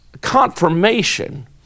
confirmation